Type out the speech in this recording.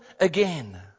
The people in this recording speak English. again